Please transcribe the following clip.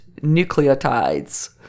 nucleotides